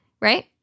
right